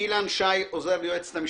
אילן שי, עוזר ליועצת המשפטית,